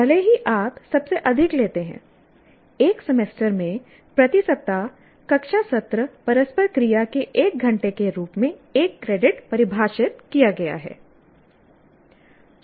भले ही आप सबसे अधिक लेते हैं एक सेमेस्टर में प्रति सप्ताह कक्षा सत्र परस्पर क्रिया के 1 घंटे के रूप में एक क्रेडिट परिभाषित किया गया है